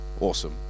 Awesome